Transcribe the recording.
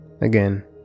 Again